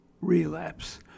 relapse